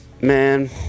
man